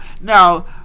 Now